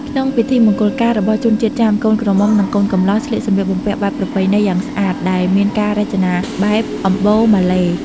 ក្នុងពិធីមង្គលការរបស់ជនជាតិចាម កូនក្រមុំ និងកូនកំលោះស្លៀកសម្លៀកបំពាក់បែបប្រពៃណីយ៉ាងស្អាត ដែលមានការរចនាបែបអម្បូរម៉ាឡេ។